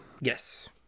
Yes